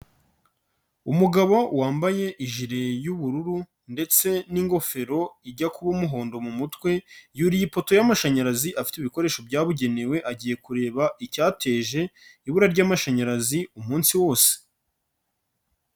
Umugabo wambaye ijire y'ubururu ndetse n'ingofero ijya kuba umuhondo mu mutwe yuriye ipoto y'amashanyarazi, afite ibikoresho byabugenewe agiye kureba icyateje ibura ry'amashanyarazi umunsi wose.